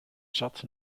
zat